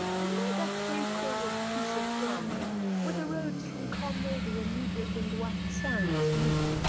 you know that three-cornered piece of ground where the roads from carmody and newbridge and white sands meet?